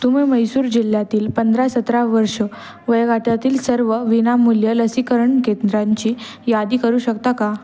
तुम्ही म्हैसूर जिल्ह्यातील पंधरा सतरा वर्ष वयोगाटातील सर्व विनामूल्य लसीकरण केंद्रांची यादी करू शकता का